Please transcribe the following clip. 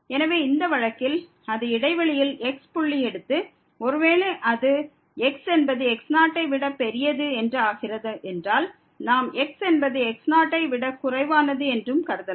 எனவே இந்த வழக்கில் அது இடைவெளியில் x புள்ளி எடுத்து ஒருவேளை அது x என்பது x0 ஐ விட பெரியது என்று ஆகிறது என்றால் நாம் x என்பது x0 ஐ விட குறைவானது என்றும் கருதலாம்